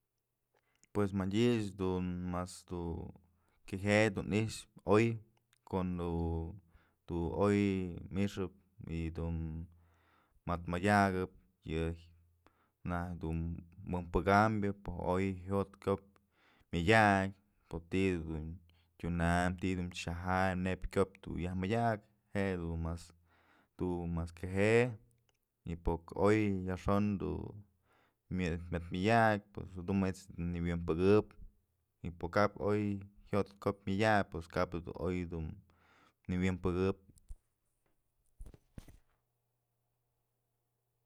Pues madyëch dun mas du kyëje'e dun i'ixpë oy ko'on du, du oy mixëp yëdun mëtmëdyakëp yë nak dun wënpëkambyë pë oy jyot kop myëdyak pë ti'i dun tyunam ti'i dun xaja'am neyb kyop dun yaj mëdyak je'e du mas du mas këje'e y pok oy yajxon du myë myëmëdyak pues jadun manyt's dun nëwi'inpëkëp y pë kap oy jyot kop myëdak pues kap du oy nëwi'inpëkëp.